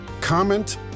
comment